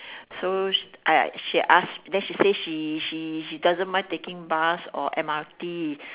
so she I she ask then she say she she she doesn't mind taking bus or M_R_T